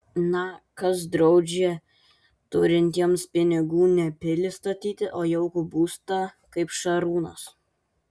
na kas draudžia turintiems pinigų ne pilį statyti o jaukų būstą kaip šarūnas